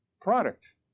product